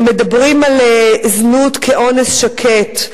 הם מדברים על זנות כעל אונס שקט.